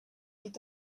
est